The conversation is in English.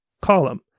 column